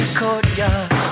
courtyard